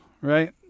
right